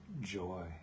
joy